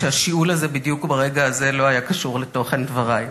שהשיעול הזה בדיוק ברגע הזה לא היה קשור לתוכן דברי.